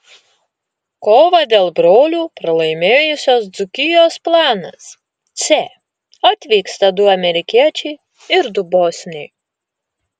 kovą dėl brolių pralaimėjusios dzūkijos planas c atvyksta du amerikiečiai ir du bosniai